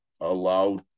allow